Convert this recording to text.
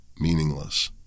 meaningless